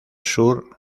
sur